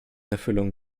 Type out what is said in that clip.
erfüllung